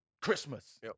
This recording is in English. Christmas